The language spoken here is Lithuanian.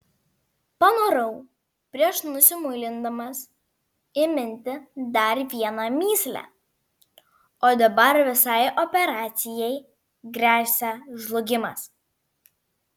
panorau prieš nusimuilindamas įminti dar vieną mįslę o dabar visai operacijai gresia žlugimas